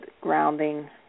grounding